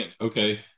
Okay